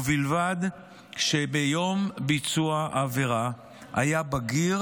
ובלבד שביום ביצוע העבירה היה בגיר,